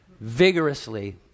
Vigorously